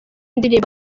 ndirimbo